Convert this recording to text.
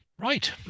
Right